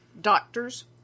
doctors